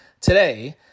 today